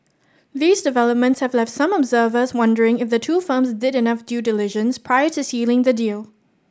these developments have left some observers wondering if the two firms did enough due diligence prior to sealing the deal